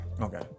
Okay